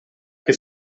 che